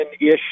ish